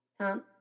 Tom